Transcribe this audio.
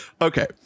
Okay